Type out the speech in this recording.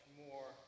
more